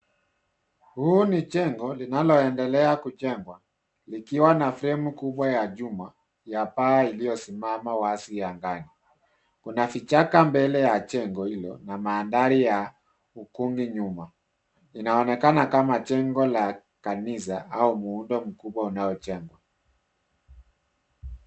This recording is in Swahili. Huu ni jengo linaloendelea kujengwa. Likiwa na fremu kubwa ya chuma, ya paa iliyosimama wazi angani. Kuna vichaka mbele ya jengo hilo, na mandhari ya ukungi nyuma. Inaonekana kama jengo la kanisa, au muundo mkubwa unaojengwa.